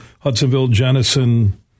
Hudsonville-Jenison